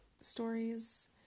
stories